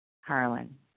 Harlan